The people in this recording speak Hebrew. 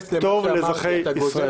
תקציב טוב לאזרחי ישראל.